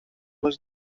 was